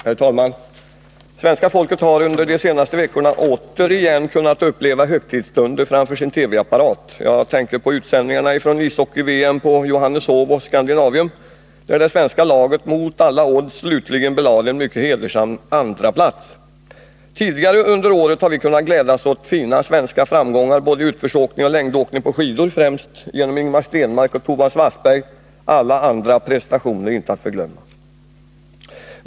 Herr talman! Svenska folket har under de senaste veckorna återigen kunnat uppleva högtidsstunder framför TV-apparaterna. Jag tänker på utsändningarna från ishockey-VM på Johanneshov och Scandinavium, där det svenska laget mot alla odds slutligen belade en mycket hedersam andraplats. Tidigare under året har vi kunnat glädjas åt fina svenska framgångar både i utförsåkning och i längdåkning på skidor, främst genora Ingemar Stenmark och Thomas Wassberg — alla andra prestationer inte att förglömma.